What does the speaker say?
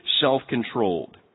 self-controlled